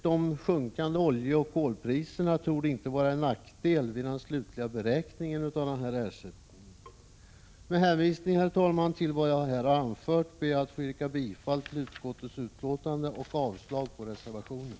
De sjunkande oljeoch kolpriserna torde inte vara en nackdel vid den slutliga beräkningen av denna ersättning. Herr talman! Med hänvisning till vad jag anfört ber jag att få yrka bifall till utskottets hemställan och avslag på reservationen.